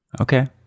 Okay